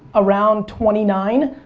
around twenty nine,